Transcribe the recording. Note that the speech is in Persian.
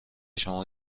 شما